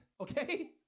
okay